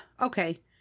Okay